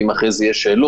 ואם אחרי זה יהיו שאלות,